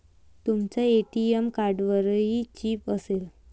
तुमच्या ए.टी.एम कार्डवरही चिप असेल